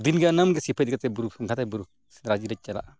ᱫᱤᱱᱜᱮ ᱫᱟᱨᱮ ᱵᱩᱨᱩ ᱥᱮᱸᱫᱽᱨᱟ ᱡᱮ ᱞᱮ ᱪᱟᱞᱟᱜᱼᱟ